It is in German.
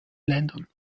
ländern